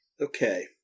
Okay